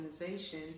organization